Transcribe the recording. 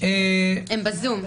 הם בזום.